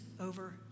over